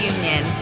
Union